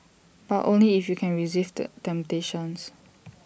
but only if you can resist temptations